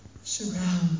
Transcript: surround